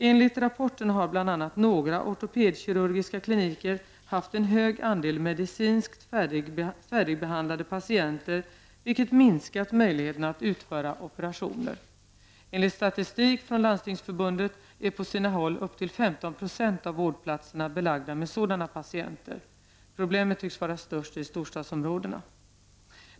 Enligt rapporterna har bl.a. några ortopedkirurgiska kliniker haft en hög andel medicinskt färdigbehandlade patienter, vilket minskat möjligheterna att utföra operationer. Enligt statistik från Landstingsförbundet är på sina håll upp till 15 76 av vårdplatserna belagda med sådana patienter. Problemet tycks vara störst i storstadsområdena.